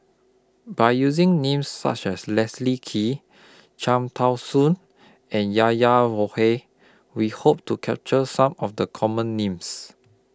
By using Names such as Leslie Kee Cham Tao Soon and Yahya We Hope to capture Some of The Common Names